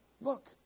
Look